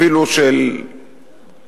אפילו של צבע,